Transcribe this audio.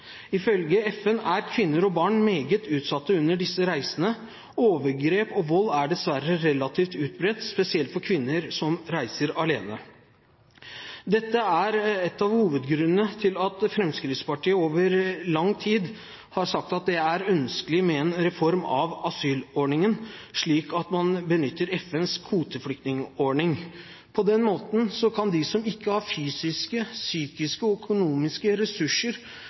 Ifølge FN er kvinner og barn meget utsatt under disse reisene. Overgrep og vold er dessverre relativt utbredt, spesielt overfor kvinner som reiser alene. Dette er en av hovedgrunnene til at Fremskrittspartiet over lang tid har sagt at det er ønskelig med en reform av asylordningen, slik at man benytter FNs kvoteflyktningordning. På den måten kan de som ikke har fysiske, psykiske og økonomiske ressurser